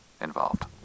involved